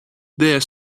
there